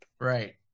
Right